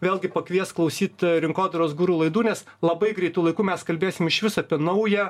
vėlgi pakviest klausyt rinkodaros guru laidų nes labai greitu laiku mes kalbėsim išvis apie naują